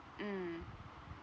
mmhmm